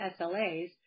SLAs